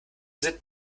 sind